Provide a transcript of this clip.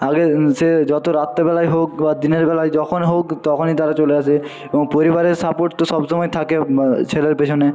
আগে সে যত রাত্রিবেলাই হোক বা দিনেরবেলাই যখন হোক তখনই তারা চলে আসে এবং পরিবারের সাপোর্ট তো সবসময় থাকে ছেলের পেছনে